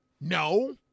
No